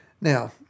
Now